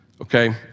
Okay